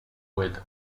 with